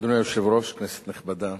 אדוני היושב-ראש, כנסת נכבדה,